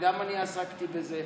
גם אני עסקתי בזה.